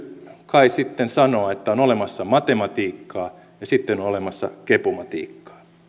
kai sitten sanoa että on olemassa matematiikkaa ja sitten on olemassa kepumatiikkaa